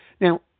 now